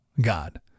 God